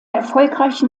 erfolgreichen